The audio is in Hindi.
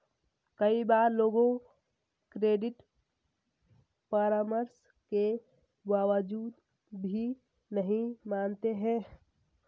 कई बार लोग क्रेडिट परामर्श के बावजूद भी नहीं मानते हैं